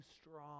strong